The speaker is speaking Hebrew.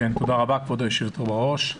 תודה רבה, כבוד היושבת בראש.